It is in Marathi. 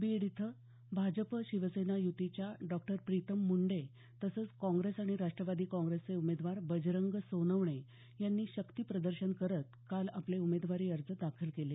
बीड इथं भाजप शिवसेना यूतीच्या डॉक्टर प्रितम मुंडे तसंच काँग्रेस आणि राष्ट्रवादी काँग्रेसचे उमेदवार बजरंग सोनवणे यांनी शक्ती प्रदर्शन करत काल आपले उमेदवारी अर्ज दाखल केले